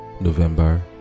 November